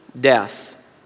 death